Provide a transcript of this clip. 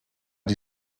die